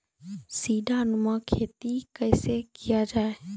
सीडीनुमा खेती कैसे किया जाय?